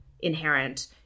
inherent